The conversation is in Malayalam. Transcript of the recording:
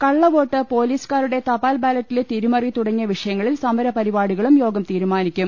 കള്ളവോട്ട് പൊലീസുകാരുടെ തപാൽ ബാലറ്റിലെ തിരിമറി തുടങ്ങിയ വിഷയങ്ങളിൽ സമരപരിപാടികളും യോഗം തീരുമാനിക്കും